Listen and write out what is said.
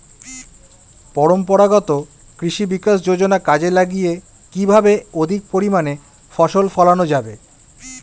পরম্পরাগত কৃষি বিকাশ যোজনা কাজে লাগিয়ে কিভাবে অধিক পরিমাণে ফসল ফলানো যাবে?